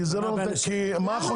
קחו